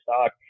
stock